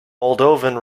moldovan